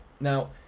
Now